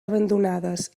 abandonades